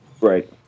Right